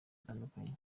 batandukanye